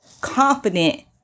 confident